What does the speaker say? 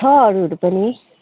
छ अरूहरू पनि